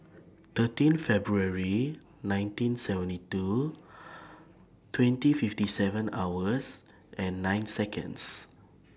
thirteen February nineteen seventy two twenty fifty seven hours nine Seconds